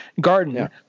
garden